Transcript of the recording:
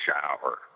shower